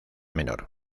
menor